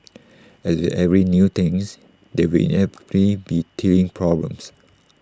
as with every new things there will inevitably be teething problems